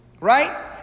right